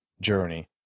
journey